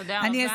תודה רבה.